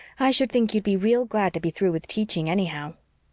i should think you'd be real glad to be through with teaching, anyhow.